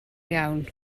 iawn